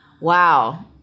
Wow